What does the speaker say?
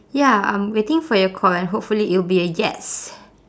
ya I'm waiting for your call and hopefully it will be a yes